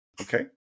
okay